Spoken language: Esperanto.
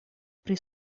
pri